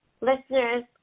listeners